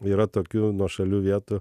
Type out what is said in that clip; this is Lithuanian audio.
yra tokių nuošalių vietų